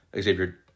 Xavier